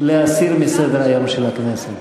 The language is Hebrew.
להסיר מסדר-היום של הכנסת.